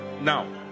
Now